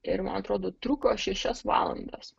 ir man atrodo truko šešias valandas